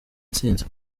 intsinzi